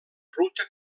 ruta